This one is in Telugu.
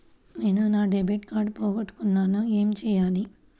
నేను నా డెబిట్ కార్డ్ పోగొట్టుకున్నాను ఏమి చేయాలి?